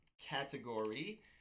category